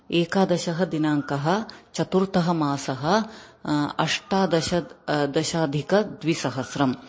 एकादशः दिनाङ्कः चतुर्थः मासः अष्टादश दशाधिकद्विसहस्रम्